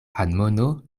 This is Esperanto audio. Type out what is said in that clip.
admono